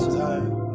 time